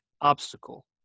obstacle